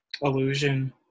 illusion